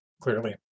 Clearly